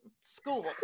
school